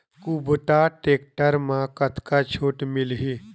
कुबटा टेक्टर म कतका छूट मिलही?